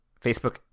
Facebook